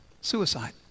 suicide